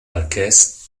marquess